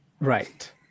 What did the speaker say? Right